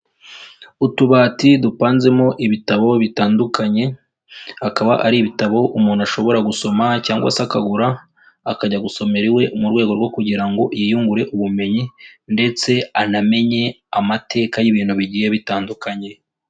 Utubati dupanzemo ibitabo bitandukanye, akaba ari ibitabo umuntu ashobora gusoma cyangwa se akagura, akajya gusomera iwe mu rwego rwo kugira ngo yiyungure ubumenyi ndetse anamenye amateka y'ibintu bigiye bitandukanye.